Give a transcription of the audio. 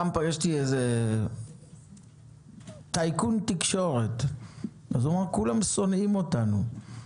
פעם פגשתי איזה טייקון תקשורת והוא אמר: כולם שונאים אותנו.